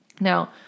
now